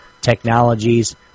technologies